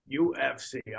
ufc